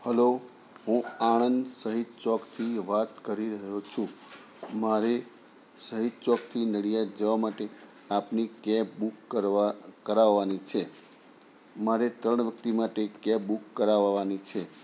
hello હું આણંદ શહીદ ચોકથી વાત કરી રહ્યો છું મારે શહીદ ચોકથી નડિયાદ જવા માટે આપની કેબ બુક કરવા કરાવાની છે મારે ત્રણ વ્યક્તિ માટે કેબ બુક કરાવવાની છે